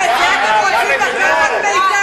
גם את זה אתם רוצים לקחת מאתנו?